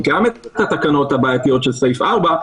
גם את התקנות הבעייתיות של סעיף 4,